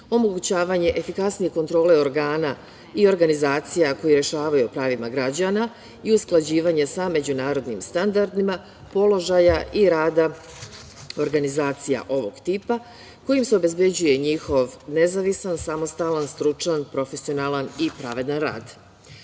omogućavanje efikasnije kontrole organa i organizacije koje rešavaju o pravima građana i usklađivanja sa međunarodnim standardima, položaja i rada organizacija ovog tipa kojim se obezbeđuje njihov nezavisan, samostalan, stručan, profesionalan i pravedan rad.